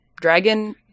Dragon